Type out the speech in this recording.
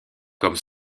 comme